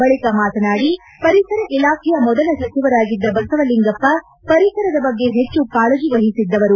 ಬಳಿಕ ಅವರು ಮಾತನಾಡಿ ಪರಿಸರ ಇಲಾಖೆಯ ಮೊದಲ ಸಚಿವರಾಗಿದ್ದ ಬಸವಲಿಂಗಪ್ಪ ಪರಿಸರದ ಬಗ್ಗೆ ಹೆಚ್ಚು ಕಾಳಜಿ ವಹಿಸಿದ್ದವರು